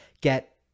get